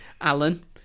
Alan